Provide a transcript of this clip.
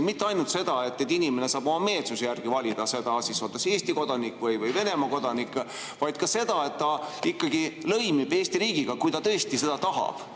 mitte ainult sellele, et inimene saab oma meelsuse järgi valida, on ta Eesti kodanik või Venemaa kodanik, vaid ka sellele, et ta ikkagi lõimub Eesti riigiga, kui ta tõesti seda tahab?